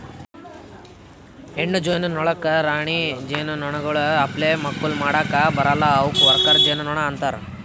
ಹೆಣ್ಣು ಜೇನುನೊಣಗೊಳ್ ರಾಣಿ ಜೇನುನೊಣಗೊಳ್ ಅಪ್ಲೆ ಮಕ್ಕುಲ್ ಮಾಡುಕ್ ಬರಲ್ಲಾ ಅವುಕ್ ವರ್ಕರ್ ಜೇನುನೊಣ ಅಂತಾರ